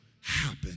happen